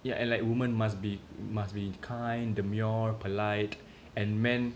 ya and like women must be must be kind demure polite and men